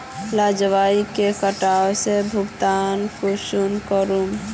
जलवायु के कटाव से भुगतान कुंसम करूम?